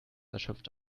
erschöpft